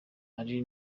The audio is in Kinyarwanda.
ari